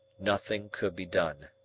nothing could be done.